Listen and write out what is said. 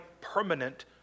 permanent